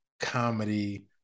comedy